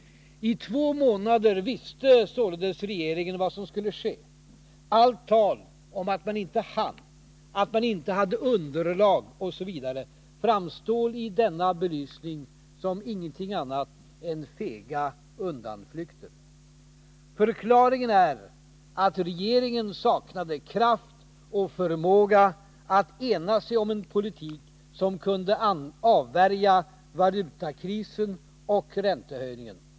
I två månader visste regeringen således vad som skulle ske. Allt tal om att man inte hann, att man inte hade underlag osv. framstår i denna belysning som ingenting annat än fega undanflykter. Förklaringen är att regeringen saknade kraft och förmåga att ena sig om en politik som kunde avvärja valutakrisen och räntehöjningen.